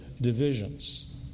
divisions